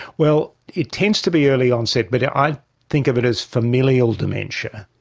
well, it tends to be early onset, but i think of it as familial dementia.